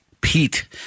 Pete